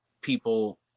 people